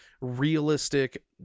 Realistic